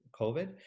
COVID